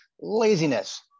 laziness